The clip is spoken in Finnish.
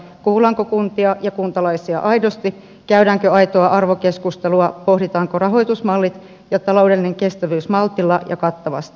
kuullaanko kuntia ja kuntalaisia aidosti käydäänkö aitoa arvokeskustelua pohditaanko rahoitusmalli ja taloudellinen kestävyys maltilla ja kattavasti